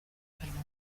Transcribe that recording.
kanombe